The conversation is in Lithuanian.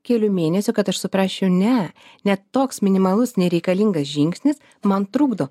kelių mėnesių kad aš suprasčiau ne net toks minimalus nereikalingas žingsnis man trukdo